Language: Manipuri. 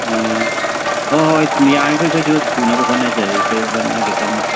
ꯑꯣ ꯍꯣꯏ ꯍꯣꯏ ꯁꯨꯝ ꯌꯥꯔꯤꯈꯩ ꯑꯩꯈꯣꯏꯁꯨ ꯊꯨꯅꯕ ꯍꯣꯠꯅꯖꯔꯒꯦ ꯑꯩꯈꯣꯏ ꯍꯣꯠꯅꯒꯦ ꯀꯟꯅ